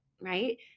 Right